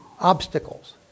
obstacles